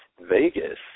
Vegas